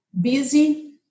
Busy